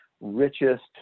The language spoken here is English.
richest